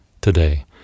today